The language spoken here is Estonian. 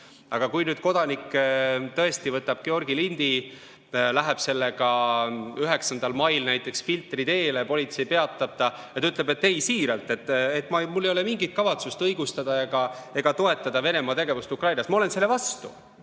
Aga kui kodanik võtab Georgi lindi ja läheb sellega 9. mail näiteks Filtri teele, politsei peatab ta, aga kodanik ütleb, et siiralt, mul ei ole mingit kavatsust õigustada ega toetada Venemaa tegevust Ukrainas, ma olen selle vastu,